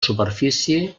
superfície